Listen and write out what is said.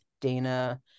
Dana